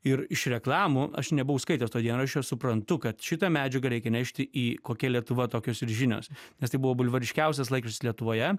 ir iš reklamų aš nebuvau skaitęs to dienraščio aš suprantu kad šitą medžiagą reikia nešti į kokia lietuva tokios ir žinios nes tai buvo bulvariškiausias laikraštis lietuvoje